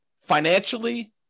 financially